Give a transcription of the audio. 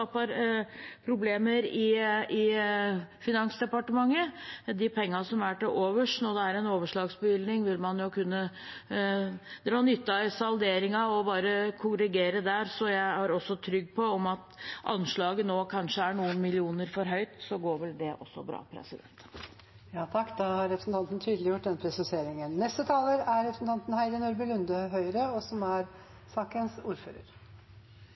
problemer i Finansdepartementet. De pengene som er til overs når det er en overslagsbevilgning, vil man jo kunne dra nytte av i salderingen og bare korrigere der. Så jeg er trygg på at om anslaget nå kanskje er noen millioner for høyt, går vel det også bra. Da har representanten Rigmor Aasrud tydeliggjort presiseringen